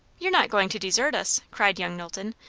you are not going to desert us? cried young knowlton,